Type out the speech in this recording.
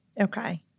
Okay